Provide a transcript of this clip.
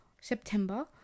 september